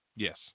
Yes